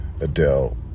Adele